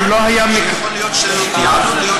מספיק מקרה אחד שיכול להיות שרירותי.